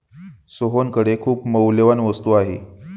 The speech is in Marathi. सोहनकडे खूप मौल्यवान वस्तू आहे